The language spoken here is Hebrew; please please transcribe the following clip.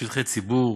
שטחי ציבור,